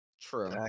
True